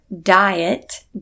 diet